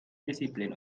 discipline